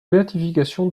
béatification